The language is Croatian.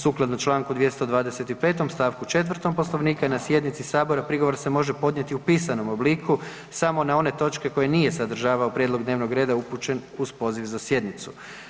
Sukladno čl. 225. st. 4. Poslovnika na sjednici sabora prigovor se može podnijeti u pisanom obliku samo na one točke koje nije sadržavao prijedlog dnevnog reda upućen uz poziv za sjednicu.